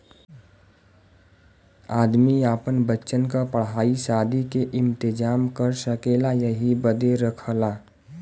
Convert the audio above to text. आदमी आपन बच्चन क पढ़ाई सादी के इम्तेजाम कर सकेला यही बदे रखला